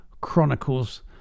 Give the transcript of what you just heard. Chronicles